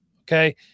Okay